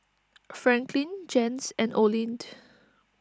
Franklin Jens and Oline